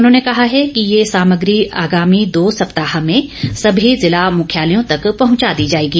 उन्होंने कहा है कि ये सामग्री आगामी दो सप्ताह में सभी जिला मुख्यालयों तक पहुंचा दी जाएगी